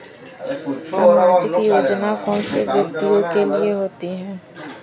सामाजिक योजना कौन से व्यक्तियों के लिए होती है?